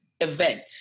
event